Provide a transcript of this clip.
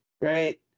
right